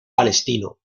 palestino